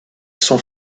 son